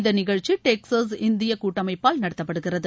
இந்த நிகழ்ச்சி டெக்சாஸ் இந்திய கூட்டமைப்பால் நடத்தப்படுகிறது